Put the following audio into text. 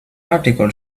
article